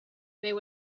there